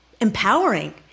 empowering